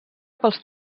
pels